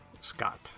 Scott